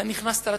אתה נכנסת לתפקיד,